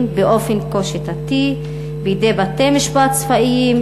באופן כה שיטתי בידי בתי-משפט צבאיים,